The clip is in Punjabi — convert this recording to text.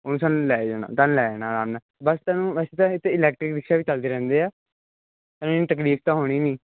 ਹੁਣ ਸਾਨੂੰ ਲੈ ਜਾਣਾ ਤੁਹਾਨੂੰ ਲੈ ਜਾਣਾ ਰਨ ਬਸ ਤੈਨੂੰ ਬਸ ਤਾਂ ਇਲੈਕਟਰਿਕ ਰਿਕਸ਼ਾ ਵੀ ਚਲਦੇ ਰਹਿੰਦੇ ਆ ਤਕਲੀਫ ਤਾਂ ਹੋਣੀ ਨਹੀਂ